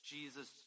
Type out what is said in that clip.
Jesus